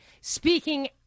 speaking